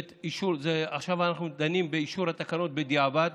עכשיו אנחנו דנים באישור התקנות בדיעבד.